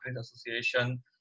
Association